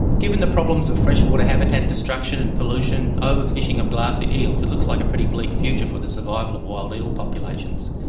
given the problems of freshwater habitat destruction and pollution, ah overfishing of glassy eels, it looks like a pretty bleak future for the survival of wild eel populations.